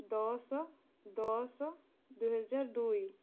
ଦଶ ଦଶ ଦୁଇ ହଜାର ଦୁଇ